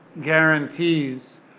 guarantees